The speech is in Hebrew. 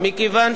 גם בעוספיא.